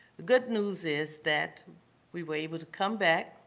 the good news is that we were able to come back